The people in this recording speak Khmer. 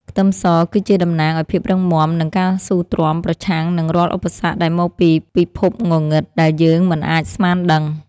ខ្ទឹមសគឺជាតំណាងឱ្យភាពរឹងមាំនិងការស៊ូទ្រាំប្រឆាំងនឹងរាល់ឧបសគ្គដែលមកពីពិភពងងឹតដែលយើងមិនអាចស្មានដឹង។